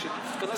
אל תצביע עכשיו.